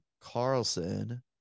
Carlson